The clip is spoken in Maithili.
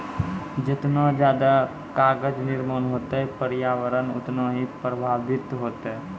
जतना जादे कागज निर्माण होतै प्रर्यावरण उतना ही प्रभाबित होतै